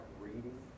reading